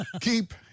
keep